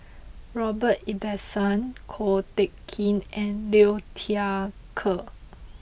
Robert Ibbetson Ko Teck Kin and Liu Thai Ker